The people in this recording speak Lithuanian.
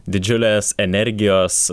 didžiulės energijos